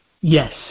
Yes